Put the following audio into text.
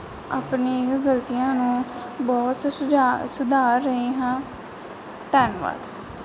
ਆਪਣੀ ਇਹੋ ਗਲਤੀਆਂ ਨੂੰ ਬਹੁਤ ਸੁਜਾ ਸੁਧਾਰ ਰਹੀ ਹਾਂ ਧੰਨਵਾਦ